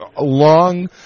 long